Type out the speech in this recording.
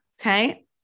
okay